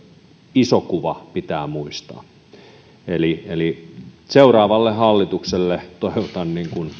iso kuva pitää muistaa seuraavalle hallitukselle toivotan